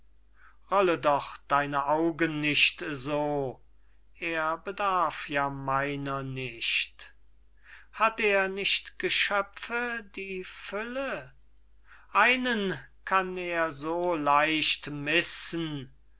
rolle doch deine augen nicht so er bedarf ja meiner nicht hat er nicht geschöpfe die fülle einen kann er so leicht missen